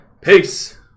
Peace